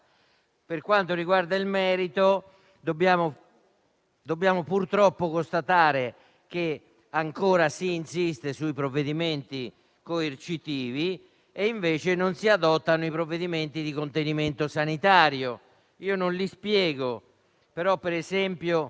Per quanto riguarda il merito, dobbiamo purtroppo constatare che ancora si insiste sui provvedimenti coercitivi e, invece, non si adottano i provvedimenti di contenimento sanitario. Non li spiego, ma, per esempio,